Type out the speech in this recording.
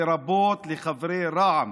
לרבות לחברי רע"מ,